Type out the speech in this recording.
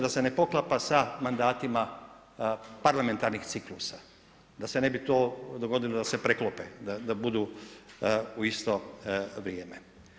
Da se ne poklapa sa mandatima parlamentarnih ciklusa, da se ne bi to dogodilo da se preklope, da budu u isto vrijeme.